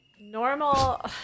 normal